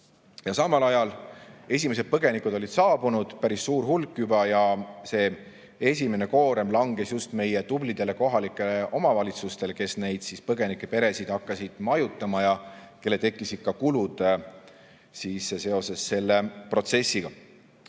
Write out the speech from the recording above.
samal ajal esimesed põgenikud olid saabunud, päris suur hulk juba, ja see esimene koorem langes just meie tublidele kohalikele omavalitsustele, kes neid põgenikeperesid hakkasid majutama ja kellel tekkisid kulud seoses selle protsessiga.